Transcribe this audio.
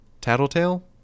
Tattletale